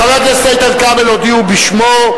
חבר הכנסת איתן כבל, הודיעו בשמו.